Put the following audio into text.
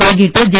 വൈകീട്ട് ജെ